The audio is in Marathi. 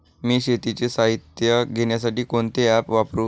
मी शेतीचे साहित्य घेण्यासाठी कोणते ॲप वापरु?